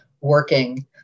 working